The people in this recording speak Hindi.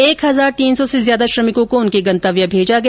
एक हजार तीन सौ से ज्यादा श्रमिकों को उनके गंतव्य भेजा गया